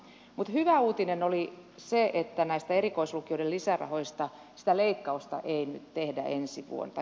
mutta hyvä uutinen oli se että näistä erikoislukioiden lisärahoista sitä leikkausta ei nyt toteuteta ensi vuonna